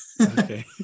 okay